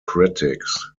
critics